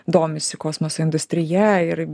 domisi kosmoso industrija ir